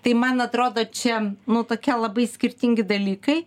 tai man atrodo čia nu takie labai skirtingi dalykai